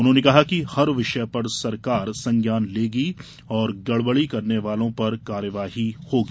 उन्होंने कहा कि हर विषय पर सरकार संज्ञान लेगी तथा गड़बड़ी करने वालों पर कार्रवाई करेगी